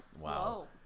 Wow